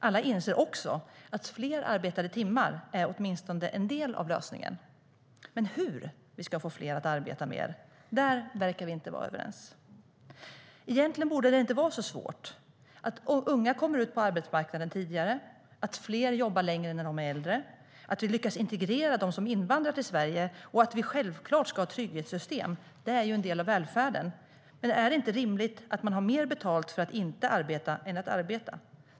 Alla inser också att fler arbetade timmar är åtminstone en del av lösningen - men hur vi ska få fler att arbeta mer verkar vi inte vara överens om. Egentligen borde det inte vara så svårt att se till att unga kommer ut på arbetsmarknaden tidigare, att fler jobbar längre när de är äldre, att vi lyckas integrera de som invandrar till Sverige och att vi självklart ska ha trygghetssystem - de är en del av välfärden. Men är det rimligt att man har mer betalt för att inte arbeta än att arbeta?